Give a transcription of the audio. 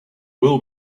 will